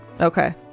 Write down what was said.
okay